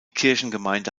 kirchengemeinde